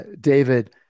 David